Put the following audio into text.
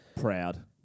Proud